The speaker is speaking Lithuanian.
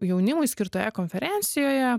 jaunimui skirtoje konferencijoje